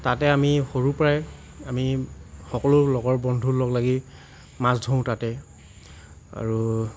তাতে আমি সৰুৰ পৰাই আমি সকলো লগৰ বন্ধু লগ লাগি মাছ ধৰোঁ তাতে আৰু